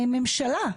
ממשלה.